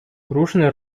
różne